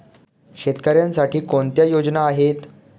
शेतकऱ्यांसाठी कोणत्या योजना आहेत?